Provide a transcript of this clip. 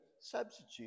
substitute